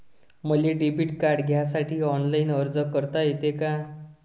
मले debit card घ्यासाठी online अर्ज करता येते का?